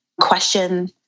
question